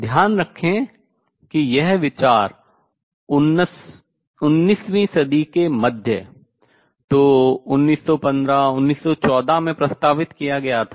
ध्यान रखें कि यह विचार उन्नीसवीं सदी के मध्य तो 1915 1914 में प्रस्तावित किया गया था